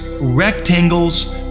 rectangles